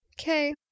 Okay